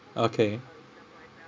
okay